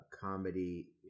Comedy